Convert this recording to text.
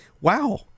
wow